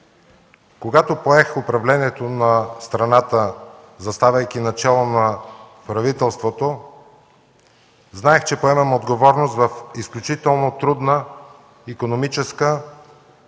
Когато поех управлението на страната, заставайки начело на правителството, знаех, че поемам отговорност в изключително трудна икономическа,